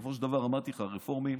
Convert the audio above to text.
בסופו של דבר אמרתי לך, הרפורמים,